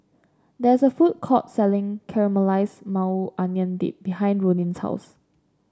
there is a food court selling Caramelized Maui Onion Dip behind Ronin's house